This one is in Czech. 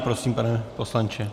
Prosím, pane poslanče.